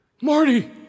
Marty